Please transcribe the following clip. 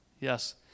Yes